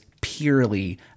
purely